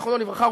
זיכרונו לברכה,